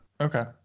Okay